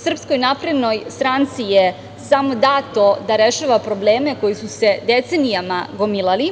Srpskoj naprednoj stranci je samo dato da rešava probleme koji su se decenijama gomilali